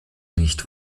nicht